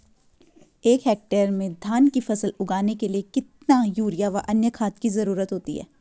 एक हेक्टेयर में धान की फसल उगाने के लिए कितना यूरिया व अन्य खाद की जरूरत होती है?